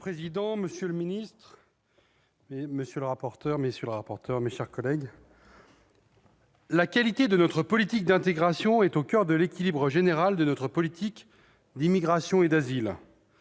Monsieur le président, monsieur le secrétaire d'État, messieurs les rapporteurs, mes chers collègues, « la qualité de notre politique d'intégration est au coeur de l'équilibre général de notre politique d'immigration et d'asile.